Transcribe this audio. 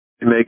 make